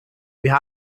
wir